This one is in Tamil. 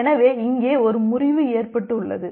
எனவே இங்கே ஒரு முறிவு ஏற்பட்டு உள்ளது